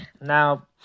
Now